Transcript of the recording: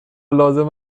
لازم